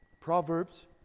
Proverbs